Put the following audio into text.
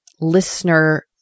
listener